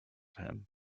him